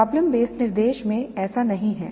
problem based निर्देश में ऐसा नहीं है